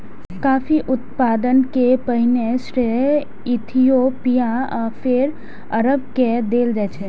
coffee उत्पादन के पहिल श्रेय इथियोपिया आ फेर अरब के देल जाइ छै